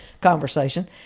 conversation